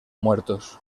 muertos